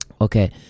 okay